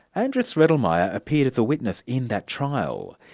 andras riedlmayer appeared as a witness in that trial.